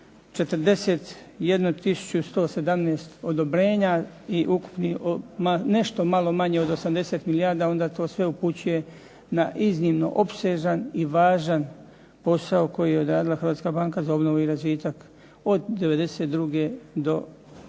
117 odobrenja i nešto malo manje od 80 milijardi onda to sve upućuje na iznimno opsežan i važan posao koji je odradila Hrvatska banka za obnovu i razvitak od '92. do